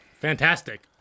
Fantastic